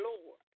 Lord